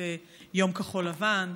את יום כחול-לבן,